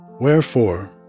Wherefore